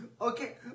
Okay